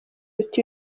biruta